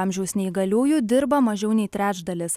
amžiaus neįgaliųjų dirba mažiau nei trečdalis